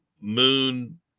Moon